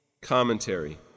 Commentary